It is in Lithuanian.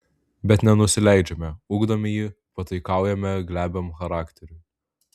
bet nenusileidžiame ugdome jį pataikaujame glebiam charakteriui